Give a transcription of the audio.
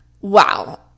Wow